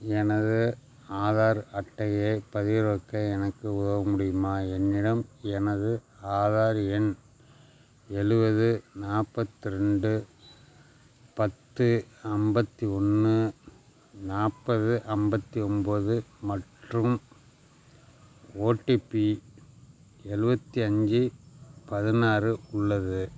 எனது ஆதார் அட்டையைப் பதிவிறக்க எனக்கு உதவ முடியுமா என்னிடம் எனது ஆதார் எண் எழுவது நாற்பத்து ரெண்டு பத்து ஐம்பத்தி ஒன்று நாற்பது ஐம்பத்தி ஒன்போது மற்றும் ஓடிபி எழுவத்தி அஞ்சு பதினாறு உள்ளது